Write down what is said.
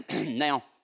Now